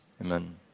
amen